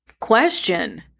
question